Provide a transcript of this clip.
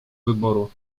wyboru